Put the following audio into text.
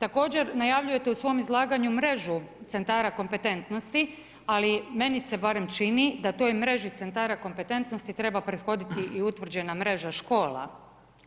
Također najavljujete u svom izlaganju mrežu centara kompetentnosti, ali meni se barem čini da toj mreži centara kompetentnosti treba prethoditi i utvrđena mreža škola